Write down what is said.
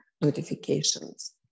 notifications